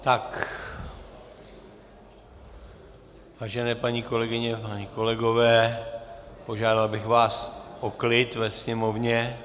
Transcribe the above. Tak, vážené paní kolegyně, páni kolegové, požádal bych vás o klid ve sněmovně!